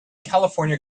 california